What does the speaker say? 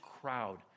crowd